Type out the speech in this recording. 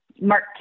Mark